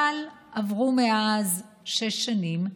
אבל עברו מאז שש שנים,